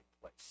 place